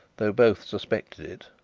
though both suspected it.